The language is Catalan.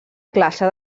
classe